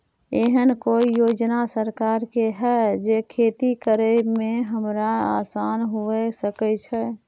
एहन कौय योजना सरकार के है जै खेती करे में हमरा आसान हुए सके छै?